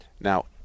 Now